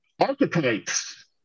archetypes